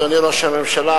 אדוני ראש הממשלה,